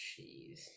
Jeez